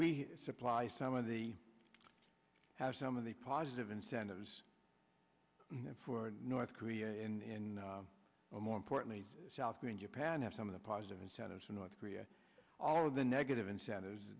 we supply some of the have some of the positive incentives for north korea in more importantly to south korea and japan have some of the positive incentives in north korea all of the negative incentives